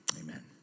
amen